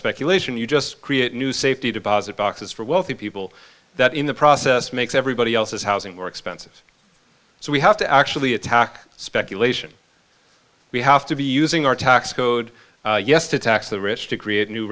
speculation you just create a new safety deposit boxes for wealthy people that in the process makes everybody else's housing more expensive so we have to actually attack speculation we have to be using our tax code yes to tax the rich to create new